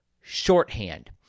shorthand